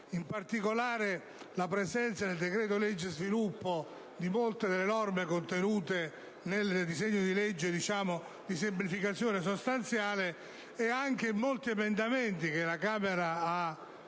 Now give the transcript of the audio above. in particolare, la presenza nel "decreto-legge sviluppo" di molte delle norme contenute nel disegno di legge di semplificazione sostanziale e i molti emendamenti approvati